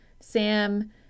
Sam